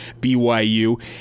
BYU